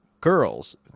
girls